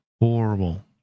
Horrible